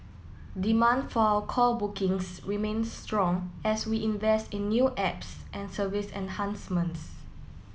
demand for our call bookings remains strong as we invest in new apps and service enhancements